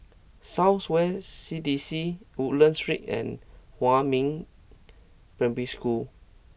South West C D C Woodlands Street and Huamin Primary School